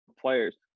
players